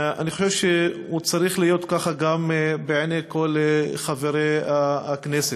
ואני חושב שהוא צריך להיות ככה גם בעיני כל חברי הכנסת.